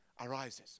arises